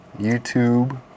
YouTube